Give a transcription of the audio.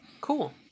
Cool